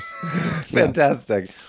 Fantastic